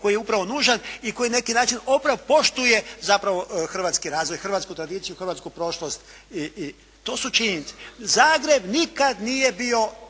koji je upravo nužan i koji na neki način …/Govornik se ne razumije./… poštuje zapravo hrvatski razvoj, hrvatsku tradiciju, hrvatsku prošlost. I to su činjenice. Zagreb nikad nije bio